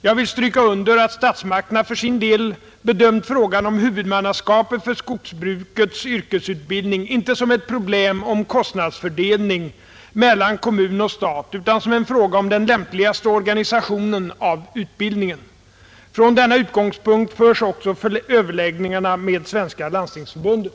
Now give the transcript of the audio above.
Jag vill stryka under att statsmakterna för sin del bedömt frågan om huvudmannaskapet för skogsbrukets yrkesutbildning inte som ett problem om kostnadsfördelning mellan kommun och stat utan som en fråga om den lämpligaste organisationen av utbildningen. Från denna utgångspunkt förs också överläggningarna med Svenska landstingsförbundet.